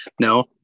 No